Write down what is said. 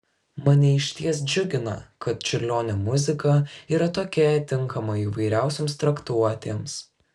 mane išties džiugina kad čiurlionio muzika yra tokia tinkama įvairiausioms traktuotėms